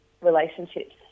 relationships